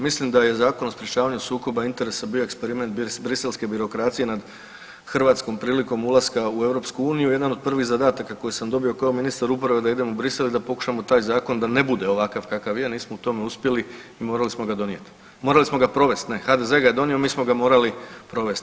Mislim da je Zakon o sprječavanju sukoba interesa bio eksperiment briselske birokracije nad Hrvatskom prilikom ulaska u EU, jedan od prvih zadataka koje sam dobio kao ministar uprave da idem u Bruxelles i da pokušamo taj Zakon da ne bude ovakav kakav je, nismo u tome uspjeli i morali smo ga donijeti, morali smo ga provesti, ne, HDZ ga je donio, mi smo ga morali provesti.